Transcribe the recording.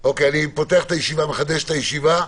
אני מחדש את הישיבה.